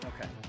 Okay